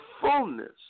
fullness